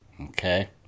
okay